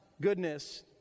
goodness